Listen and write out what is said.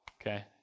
okay